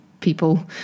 people